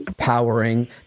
powering